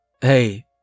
Hey